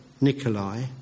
Nikolai